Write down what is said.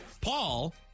Paul